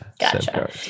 Gotcha